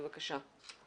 בבקשה.